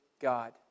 God